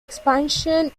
expansion